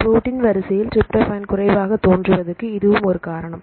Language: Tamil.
ப்ரோட்டீன் வரிசையில் ட்ரிப்டோபான் குறைவாக தோன்றுவதற்கு இதுவும் ஒரு காரணம்